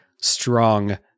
strong